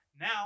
now –